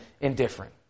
indifferent